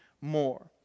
more